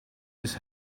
his